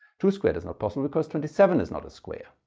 two squared is not possible because twenty seven is not a square.